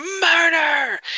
Murder